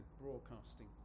broadcasting